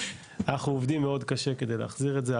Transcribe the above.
אנחנו עובדים מאוד קשה כדי להחזיר את זה,